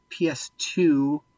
PS2